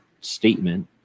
statement